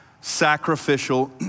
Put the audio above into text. sacrificial